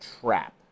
trap